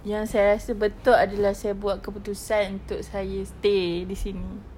yang saya rasa betul adalah saya buat keputusan untuk saya stay di sini